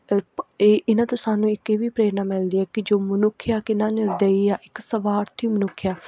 ਇਹ ਇਹਨਾਂ ਤੋਂ ਸਾਨੂੰ ਇੱਕ ਇਹ ਵੀ ਪ੍ਰੇਰਣਾ ਮਿਲਦੀ ਆ ਕਿ ਜੋ ਮਨੁੱਖ ਆ ਕਿੰਨਾ ਨਿਰਦਈ ਆ ਇੱਕ ਸਵਾਰਥੀ ਮਨੁੱਖ ਆ